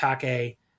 Take